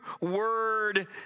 word